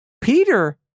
Peter